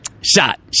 shot